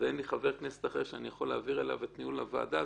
ואין חבר כנסת אחר שאני יכול להעביר אליו את ניהול הוועדה,